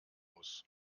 muss